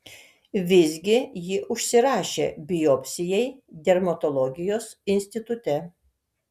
visgi ji užsirašė biopsijai dermatologijos institute